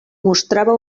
mostrava